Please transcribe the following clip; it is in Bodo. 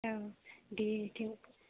औ दे दे